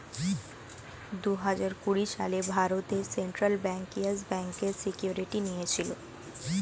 দুহাজার কুড়ি সালে ভারতের সেন্ট্রাল ব্যাঙ্ক ইয়েস ব্যাঙ্কের সিকিউরিটি নিয়েছিল